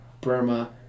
Burma